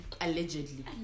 Allegedly